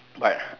but